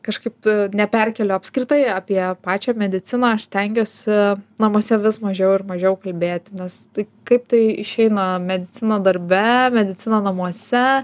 kažkaip neperkėliu apskritai apie pačią mediciną aš stengiuosi namuose vis mažiau ir mažiau kalbėti nes tai kaip tai išeina medicina darbe medicina namuose